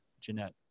Jeanette